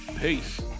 Peace